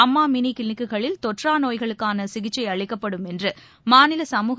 அம்மாமினிகிளினிக்குகளில் தொற்றாநோய்களுக்கானசிகிச்சைஅளிக்கப்படும் என்றுமாநில சமூக